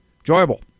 enjoyable